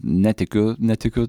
netikiu netikiu